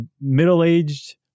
middle-aged